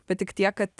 bet tik tiek kad